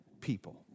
people